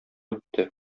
үтте